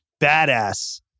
badass